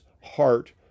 heart